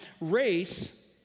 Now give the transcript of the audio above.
race